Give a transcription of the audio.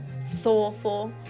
soulful